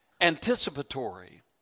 anticipatory